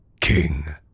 King